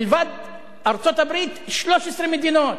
מלבד ארצות-הברית, 13 מדינות.